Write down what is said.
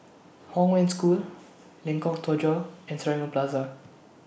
Hong Wen School Lengkok Tujoh and Serangoon Plaza